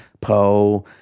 poe